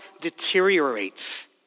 deteriorates